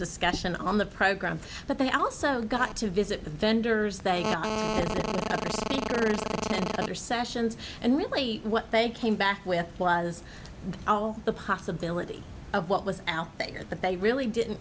discussion on the program but they also got to visit the vendors they were sessions and really what they came back with was all the possibility of what was out there but they really didn't